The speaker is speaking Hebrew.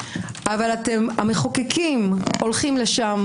אבל המחוקקים הולכים לשם